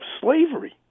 slavery